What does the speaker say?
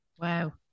Wow